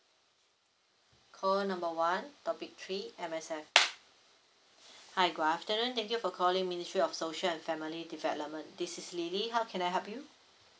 call number one topic three M_S_F hi good afternoon thank you for calling ministry of social and family development this is lily how can I help you